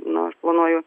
na aš planuoju